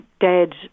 dead